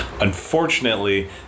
Unfortunately